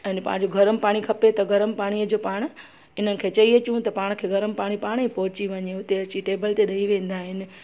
अने पाण गरमु पाणी खपे त गरमु पाणीअ जो पाण इन खे चई अचूं त पाण खे गरमु पाणी पाण ई पहुची वञे उते अची टेबल ते ॾेई वेंदा आहिनि